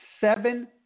seven